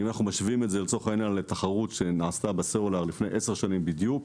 אם אנחנו משווים את זה לתחרות שנעשתה בסלולר לפני עשר שנים בדיוק,